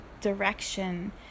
direction